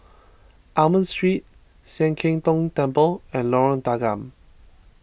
Almond Street Sian Keng Tong Temple and Lorong Tanggam